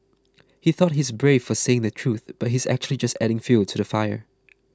he thought he's brave for saying the truth but he's actually just adding fuel to the fire